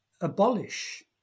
abolish